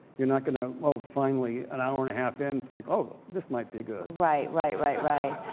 you're not going to, oh, finally an hour and a half in, think oh this might be good. right, right, right, right.